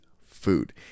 food